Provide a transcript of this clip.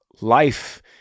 life